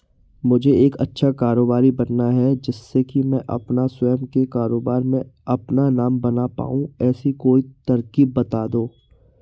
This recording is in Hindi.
मुझे एक अच्छा कारोबारी बनना है जिससे कि मैं अपना स्वयं के कारोबार में अपना नाम बना पाऊं ऐसी कोई तरकीब पता दो?